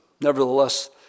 nevertheless